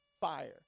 fire